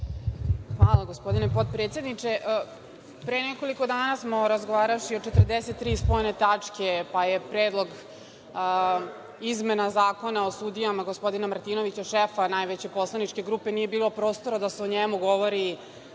Hvala, gospodine potpredsedniče. Pre nekoliko dana smo razgovaravši o 43 sporne tačke, pa je Predlog izmena Zakona o sudijama, gospodina Martinovića, šefa najveće Poslaničke grupe, nije bilo prostora da se o njemu govori